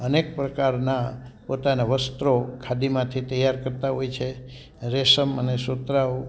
અનેક પ્રકારના પોતાના વસ્ત્રો ખાદીમાંથી તૈયાર કરતાં હોય છે રેસમ અને સુતરાઉ